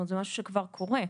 זה משהו שכבר קורה,